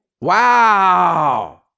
Wow